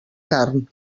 carn